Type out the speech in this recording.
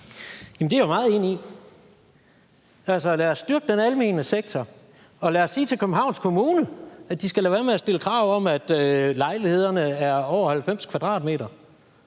det er jeg meget enig i. Lad os styrke den almene sektor, og lad os sige til Københavns Kommune, at de skal lade være med at stille krav om, at lejlighederne er over 90 m²